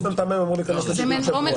אדם אמור להיכנס לבידוד שבוע --- זה